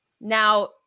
Now